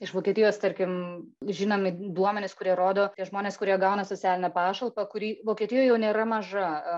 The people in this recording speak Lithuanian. iš vokietijos tarkim žinomi duomenys kurie rodo tie žmonės kurie gauna socialinę pašalpą kuri vokietijoj jau nėra maža a